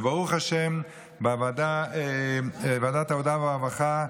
וברוך השם, בוועדת העבודה והרווחה,